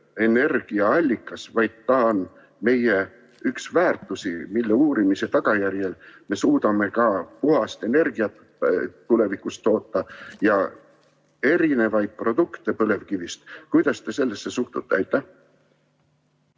energiaallikas, vaid ta on meie üks väärtusi, mille uurimise tagajärjel me suudame ka puhast energiat tulevikus toota ja erinevaid produkte põlevkivist. Kuidas te sellesse suhtute?